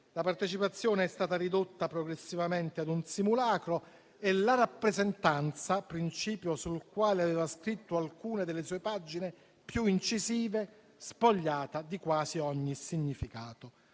La partecipazione è stata ridotta progressivamente a un simulacro e la rappresentanza - principio sul quale aveva scritto alcune delle sue pagine più incisive - spogliata di quasi ogni significato.